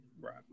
right